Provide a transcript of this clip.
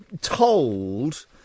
told